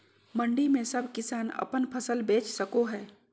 मंडी में सब किसान अपन फसल बेच सको है?